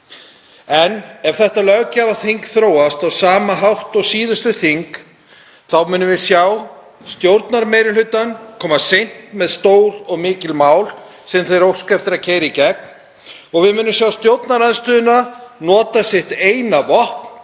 En ef þetta löggjafarþing þróast á sama hátt og síðustu þing þá munum við sjá stjórnarmeirihlutann koma seint með stór og mikil mál sem þeir óska eftir að keyra í gegn. Og við munum sjá stjórnarandstöðuna notað sitt eina vopn;